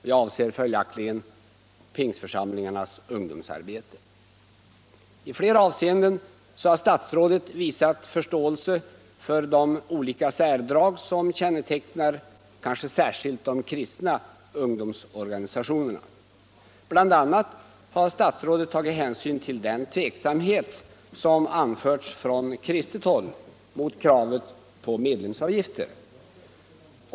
Jag avser Pingstförsamlingarnas ungdomsarbete. I de flesta avseenden har statsrådet visat förståelse för de olika särdrag som kännetecknar kanske särskilt de kristna ungdomsorganisationerna. Bl. a. har statsrådet tagit hänsyn till den tveksamhet som anförts från kristet håll mot kravet på medlemsavgift.